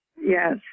Yes